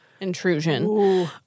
Intrusion